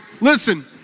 Listen